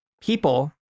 people